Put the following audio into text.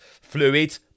fluid